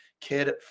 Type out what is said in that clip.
kid